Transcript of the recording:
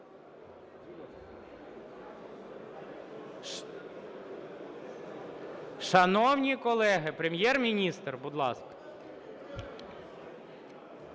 Шановні колеги! Прем'єр-міністр, будь ласка.